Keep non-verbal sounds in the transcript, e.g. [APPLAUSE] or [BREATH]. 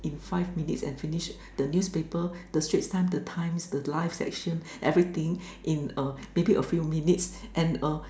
in five minutes and finish the newspaper the Straits Times the times the life section everything [BREATH] in a maybe a few minutes and uh